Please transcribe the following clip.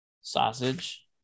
Sausage